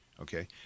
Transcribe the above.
Okay